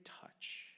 touch